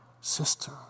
sister